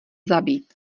zabít